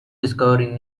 discovering